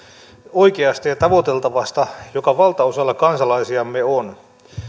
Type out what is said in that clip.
oikeasta ja tavoiteltavasta joka valtaosalla kansalaisiamme on